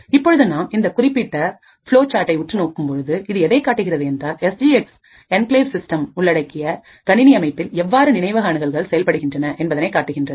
இப்பொழுது நாம் இந்த குறிப்பிட்ட பூலோ சாட்டை உற்று நோக்கும்பொழுது இது எதைக் காட்டுகிறது என்றால் S G X enclave system உள்ளடக்கிய கணினி அமைப்பில் எவ்வாறு நினைவக அணுகல்கள் செயல்படுகின்றன என்பதனை காட்டுகின்றது